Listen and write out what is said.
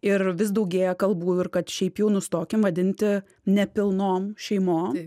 ir vis daugėja kalbų ir kad šiaip jau nustokim vadinti nepilnom šeimom